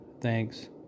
thanks